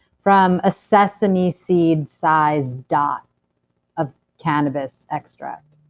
from a sesame seed-size dot of cannabis extract.